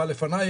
בלי תאורה.